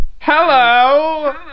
Hello